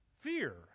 Fear